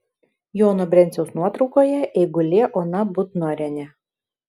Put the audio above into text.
jono brenciaus nuotraukoje eigulė ona butnorienė